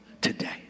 today